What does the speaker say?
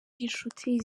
inshuti